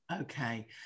okay